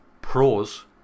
Pros